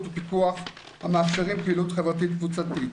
ופיקוח המאפשרים פעילות חברתית קבוצתית,